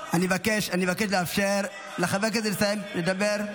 אני מבקש לאפשר לחבר הכנסת לסיים לדבר.